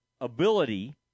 ability